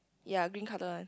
ya green color one